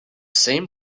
same